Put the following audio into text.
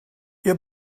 ihr